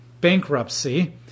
bankruptcy